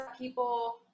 people